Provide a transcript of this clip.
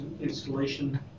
installation